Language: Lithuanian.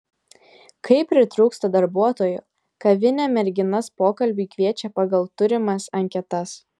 kai pritrūksta darbuotojų kavinė merginas pokalbiui kviečia pagal turimas anketas